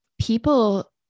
people